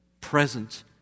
present